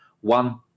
one